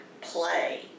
play